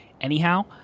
anyhow